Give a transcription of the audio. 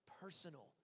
personal